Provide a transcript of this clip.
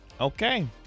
Okay